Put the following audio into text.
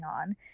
on